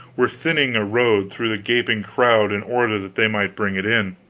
were thinning a road through the gaping crowd in order that they might bring it in.